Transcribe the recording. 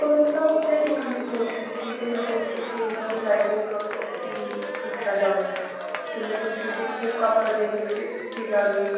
corona ਉੱਤੇ ਲਿਖਣ ਦੀ ਸੋਚ ਰਹੀ ਸੀ ਅਤੇ ਮੈਂ ਸੋਚ ਰਹੀ ਸੀ ਉਹਦਾ ਫਿਰ ਰਾਈਟਿੰਗ ਪ੍ਰੋਸੈਸ ਕੀ ਰੱਖਿਆ ਜਾਵੇ ਅਤੇ ਮੈਂ ਸੋਚ ਰਹੀ ਸੀ ਇੱਕ ਬੁੱਕ ਆਪਾਂ ਜੇ ਲਿਖ ਦਿੱਤੀ ਜਾਵੇ